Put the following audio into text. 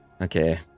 Okay